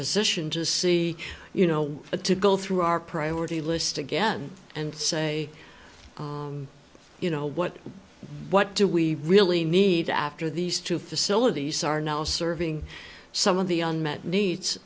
position to see you know to go through our priority list again and say you know what what do we really need after these two facilities are now serving some of the unmet needs